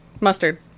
Mustard